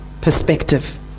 perspective